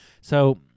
So-